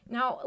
Now